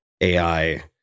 AI